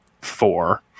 four